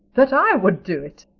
that i would do it,